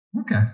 Okay